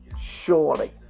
surely